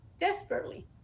desperately